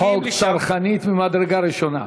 הצעת חוק צרכנית ממדרגה ראשונה.